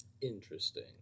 Interesting